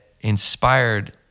inspired